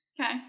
Okay